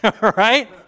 Right